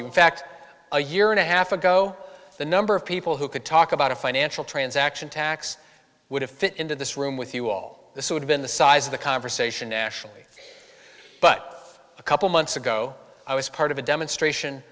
in fact a year and a half ago the number of people who could talk about a financial transaction tax would have fit into this room with you all this would have been the size of the conversation nationally but a couple months ago i was part of a demonstration